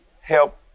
help